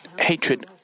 hatred